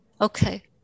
Okay